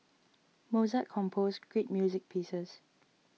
Mozart composed great music pieces